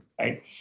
right